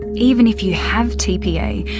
even if you have tpa,